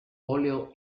óleo